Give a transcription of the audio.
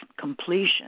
completion